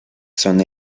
son